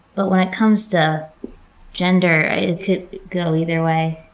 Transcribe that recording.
but when it comes to gender it could go either way.